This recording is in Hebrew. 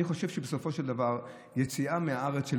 אני חושב שבסופו של דבר יציאה מהארץ של